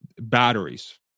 batteries